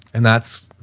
and that's,